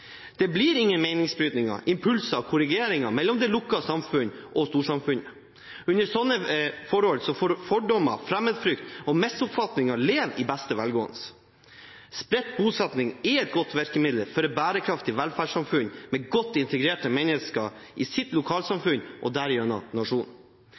Det blir ingen meningsbrytninger, impulser og korrigeringer mellom det lukkede samfunnet og storsamfunnet. Under slike forhold får fordommer, fremmedfrykt og misoppfatninger leve i beste velgående. Spredt bosetting er et godt virkemiddel for et bærekraftig velferdssamfunn med godt integrerte mennesker i